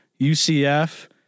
UCF